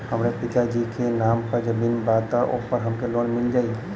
हमरे पिता जी के नाम पर जमीन बा त ओपर हमके लोन मिल जाई?